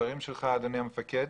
בדברים שלך אדוני המפקד,